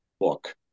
book